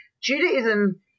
Judaism –